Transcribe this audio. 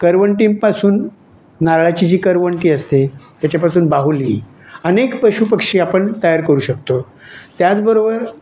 करवंटींपासून नारळाची जी करवंटी असते त्याच्यापासून बाहुली अनेक पशुपक्षी आपण तयार करू शकतो त्याचबरोबर